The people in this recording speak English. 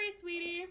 sweetie